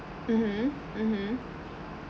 mmhmm mmhmm